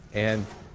and